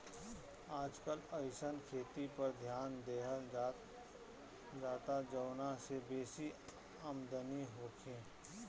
आजकल अइसन खेती पर ध्यान देहल जाता जवना से बेसी आमदनी होखे